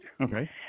Okay